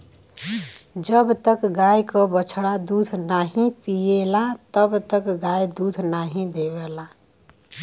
जब तक गाय क बछड़ा दूध नाहीं पियला तब तक गाय दूध नाहीं देवला